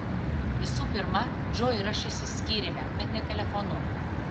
visų pirma džo ir aš išsiskyrėme bet ne telefonu